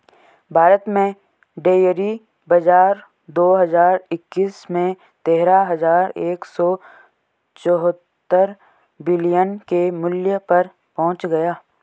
भारत में डेयरी बाजार दो हज़ार इक्कीस में तेरह हज़ार एक सौ चौहत्तर बिलियन के मूल्य पर पहुंच गया